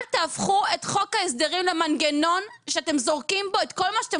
אל תהפכו את חוק ההסדרים למנגנון שאתם זורקים בו את כל מה שאתם